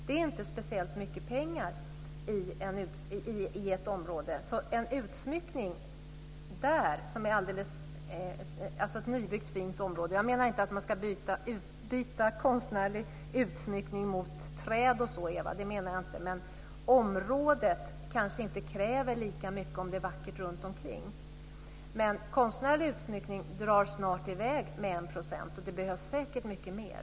Det är inte speciellt mycket pengar i ett område. Jag menar inte att man ska byta konstnärlig utsmyckning mot träd och sådant, Ewa, men i ett nybyggt område där det är vackert runtomkring kanske det inte krävs lika mycket utsmyckning. Men konstnärlig utsmyckning drar snart i väg med 1 %. Det behövs säkert mycket mer.